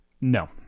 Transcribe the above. No